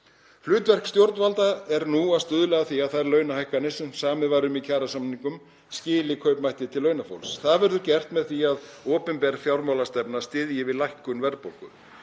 Hlutverk stjórnvalda er nú að stuðla að því að þær launahækkanir sem samið var um í kjarasamningum skili kaupmætti til launafólks. Það verður gert með því að opinber fjármálastefna styðji við lækkun verðbólgu.